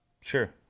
sure